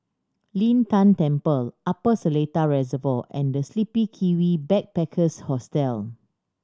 Lin Tan Temple Upper Seletar Reservoir and The Sleepy Kiwi Backpackers Hostel